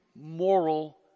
moral